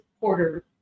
quarter